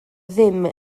ddim